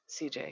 CJ